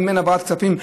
אם אין העברת כספים,